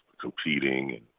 competing